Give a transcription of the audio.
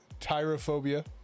Tyrophobia